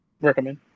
recommend